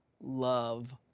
love